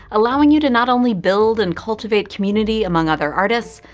allowing you to not only build and cultivate community among other artists,